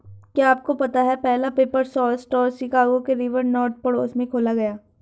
क्या आपको पता है पहला पेपर सोर्स स्टोर शिकागो के रिवर नॉर्थ पड़ोस में खोला गया?